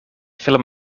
film